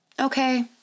okay